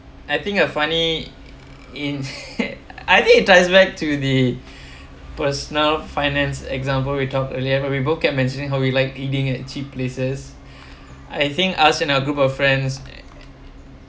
I think a funny in I think it ties back to the personal finance example we talked earlier where we both kept mentioning how we like eating at cheap places I think us in our group of friends